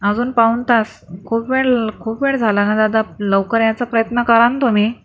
अजून पाऊण तास खूप वेळ खूप वेळ झाला ना दादा लवकर यायचा प्रयत्न करा ना तुम्ही